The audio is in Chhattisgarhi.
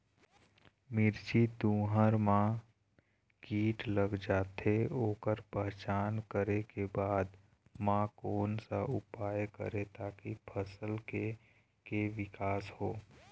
मिर्ची, तुंहर मा कीट लग जाथे ओकर पहचान करें के बाद मा कोन सा उपाय करें ताकि फसल के के विकास हो?